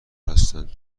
هستند